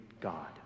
God